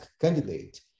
candidate